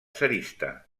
tsarista